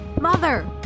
Mother